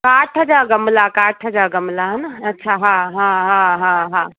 काठ जा गमला काठ जा गमला हा न अच्छा हा हा हा हा हा